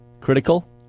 critical